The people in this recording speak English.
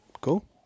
Cool